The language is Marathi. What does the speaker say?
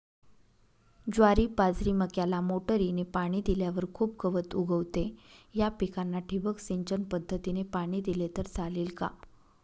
ज्वारी, बाजरी, मक्याला मोटरीने पाणी दिल्यावर खूप गवत उगवते, या पिकांना ठिबक सिंचन पद्धतीने पाणी दिले तर चालेल का?